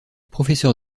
professeur